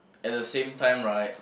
at the same time right